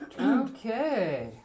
Okay